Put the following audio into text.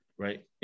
Right